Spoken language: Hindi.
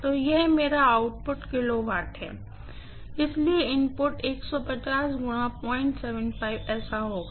तो यह मेरा आउटपुट kW है इसलिए इनपुट ऐसा होग